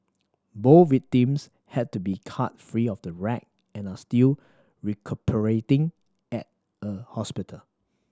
both victims had to be cut free of the wreck and are still recuperating at a hospital